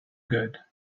good